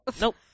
nope